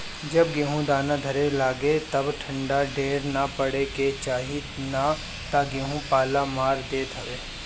जब गेहूँ दाना धरे लागे तब ठंडा ढेर ना पड़े के चाही ना तऽ गेंहू पाला मार देत हवे